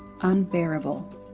unbearable